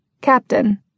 Captain